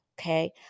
Okay